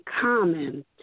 common